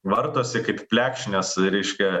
vartosi kaip plekšnės reiškia